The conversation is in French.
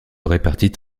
répartit